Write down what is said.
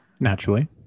Naturally